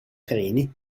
treni